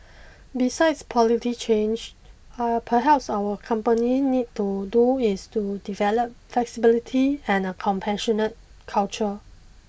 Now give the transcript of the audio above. besides polity change uh perhaps our company need to do is to develop flexibility and a compassionate culture